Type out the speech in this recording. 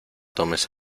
tomes